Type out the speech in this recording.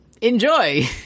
enjoy